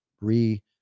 re